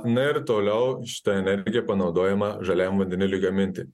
na ir toliau šita energija panaudojama žaliajam vandeniliui gaminti